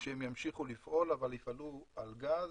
שימשיכו לפעול, אבל יפעלו על גז,